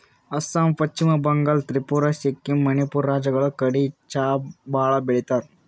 ಅಸ್ಸಾಂ, ಪಶ್ಚಿಮ ಬಂಗಾಳ್, ತ್ರಿಪುರಾ, ಸಿಕ್ಕಿಂ, ಮಣಿಪುರ್ ರಾಜ್ಯಗಳ್ ಕಡಿ ಚಾ ಭಾಳ್ ಬೆಳಿತಾರ್